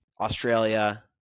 Australia